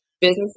business